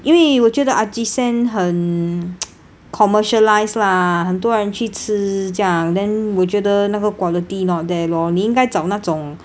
因为我觉得 ajisen 很 commercialised lah 很多人去吃这样 then 我觉得那个 quality not there lor 你应该找那种